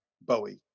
Bowie